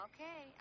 Okay